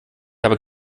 habe